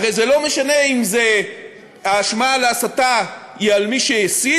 הרי זה לא משנה אם האשמה להסתה היא על מי שהסית